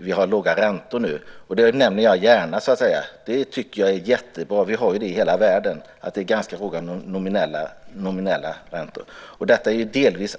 Vi har låga räntor nu. Det tycker jag är jättebra. Det är ganska låga nominella räntor i hela världen.